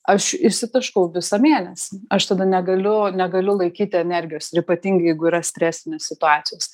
aš išsitaškau visą mėnesį aš tada negaliu negaliu laikyti energijos ir ypatingai jeigu yra stresinės situacijos